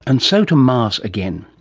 and so to mars again.